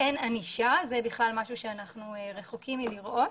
אין ענישה זה בכלל משהו שאנחנו רחוקים מלראות